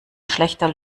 schlechter